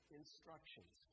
instructions